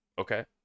okay